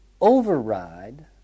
override